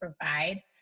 provide